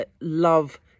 love